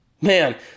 man